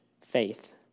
faith